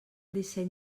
disseny